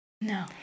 No